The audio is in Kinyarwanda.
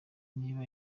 niba